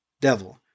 Devil